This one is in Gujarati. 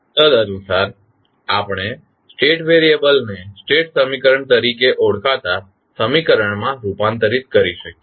તદનુસાર આપણે સ્ટેટ વેરીયબલ ને સ્ટેટ સમીકરણ તરીકે ઓળખાતા સમીકરણમાં રૂપાંતરિત કરી શકીએ